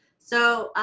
so